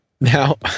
Now